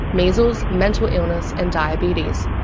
measles, mental illness and diabetes.